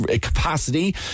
capacity